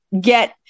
get